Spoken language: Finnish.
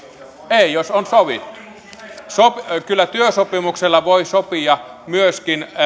ei jos on sovittu kyllä työsopimuksella voi sopia myöskin